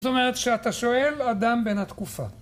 זאת אומרת שאתה שואל אדם בן התקופה.